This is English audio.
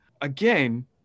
again